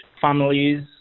families